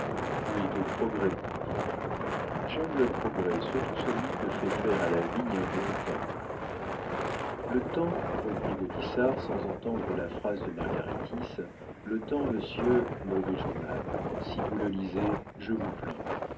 oui de progrès dit le fou j'aime le progrès surtout celui qui fait faire à la vigne un bon temps le temps reprit gaudissart sans entendre la phrase de margaritis le temps monsieur mauvais journal si vous le lisez je vous plains